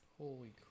Holy